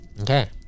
Okay